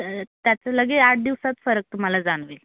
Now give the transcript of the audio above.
तर त्याचं लगे आठ दिवसात फरक तुम्हाला जाणवेल